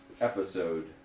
episode